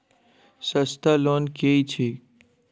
सस्ता लोन केँ छैक